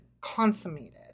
consummated